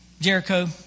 Jericho